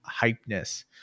hypeness